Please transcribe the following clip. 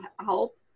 help